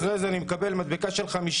ואחרי זה אני מקבל מדבקה של 50,